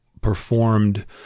performed